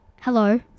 Hello